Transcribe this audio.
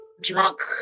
drunk